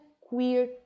queer